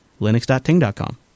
linux.ting.com